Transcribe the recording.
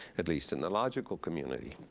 at least in the logical community.